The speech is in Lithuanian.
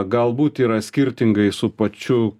galbūt yra skirtingai su pačiu